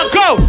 go